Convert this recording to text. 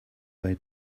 they